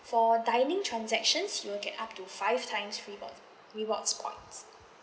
for dining transactions you'll get up to five times reward rewards points